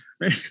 right